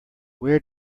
where